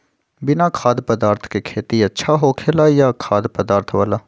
बिना खाद्य पदार्थ के खेती अच्छा होखेला या खाद्य पदार्थ वाला?